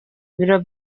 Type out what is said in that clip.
ibiro